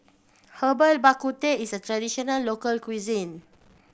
Herbal Bak Ku Teh is a traditional local cuisine